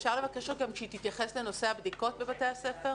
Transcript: אפשר לבקש גם שהיא תתייחס לנושא הבדיקות בבתי הספר,